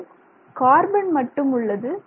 இங்கு கார்பன் மட்டும் உள்ளது